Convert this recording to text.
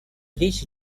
речь